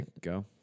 Go